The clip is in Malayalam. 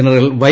general Y